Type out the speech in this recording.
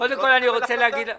--- אני רוצה להגיד לך,